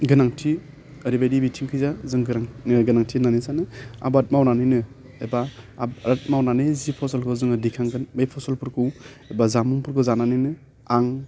गोनांथि ओरैबायदि बिथिंखैजा जों गोरों ओह गोनांथि होननानै सानो आबाद मावनानैनो एबा आब ओद मावनानैनो जि फसलखौ जोङो दिखांगोन बे फसलफोरखौ एबा जामुंफोरखौ जानानैनो आं